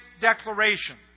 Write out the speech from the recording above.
declaration